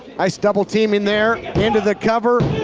nice double team in there into the cover.